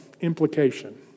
implication